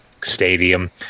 stadium